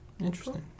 interesting